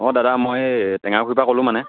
অঁ দাদা মই এই টেঙাপুখুৰীৰ পৰা ক'লো মানে